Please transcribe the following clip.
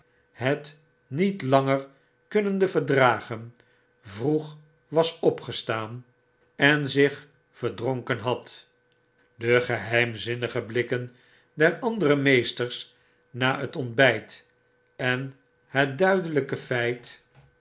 het niet langer kunnende verdragen vroeg was opgestaan en zich verdronken had de geheimzinnige blikken der andere meesters na het ontbyt en het duidelyke feit